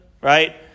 right